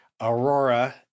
Aurora